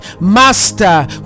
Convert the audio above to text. Master